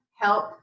help